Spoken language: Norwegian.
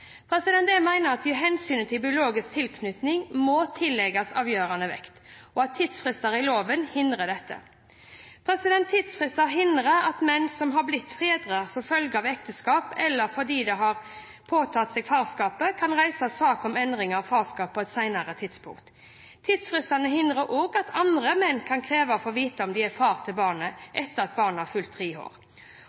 farskap. Jeg mener at hensynet til biologisk tilknytning må tillegges avgjørende vekt, og at tidsfristene i loven hindrer dette. Tidsfristene hindrer at menn som har blitt fedre som følge av ekteskap eller fordi de har påtatt seg farskap, kan reise sak om endring av farskapet på et senere tidspunkt. Tidsfristene hindrer også at andre menn kan kreve å få vite om de er far til barnet, etter at